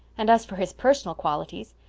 and as for his personal qualities,